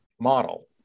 model